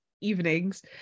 evenings